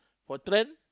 for trend